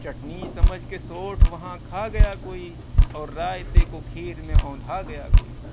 چٹنی سمجھ کے سونٹھ وہاں کھا گیا کوئی اور رائتے کو کھیر میں اوندھا گیا کوئی